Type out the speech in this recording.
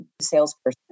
salesperson